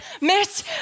miss